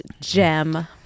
gem